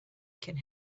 can